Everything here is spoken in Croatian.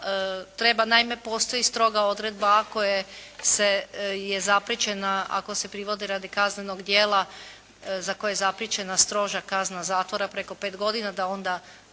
treba, naime postoji stroga odredba ako je se, je zapriječena, ako se privodi radi kaznenog djela za koje je zapriječena stroža kazna zatvora preko pet godina, da onda